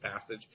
passage